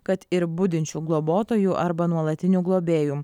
kad ir budinčių globotojų arba nuolatinių globėjų